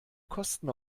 kosten